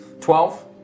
Twelve